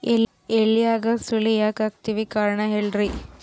ಎಲ್ಯಾಗ ಸುಳಿ ಯಾಕಾತ್ತಾವ ಕಾರಣ ಹೇಳ್ರಿ?